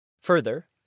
Further